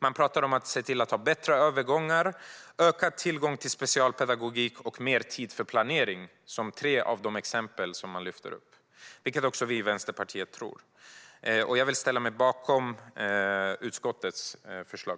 Man pratar om att se till att ha bättre övergångar, ökad tillgång till specialpedagogik och mer tid för planering. Det är tre av de exempel som lyfts fram. Det tror också vi i Vänsterpartiet på. Jag yrkar bifall till utskottets förslag.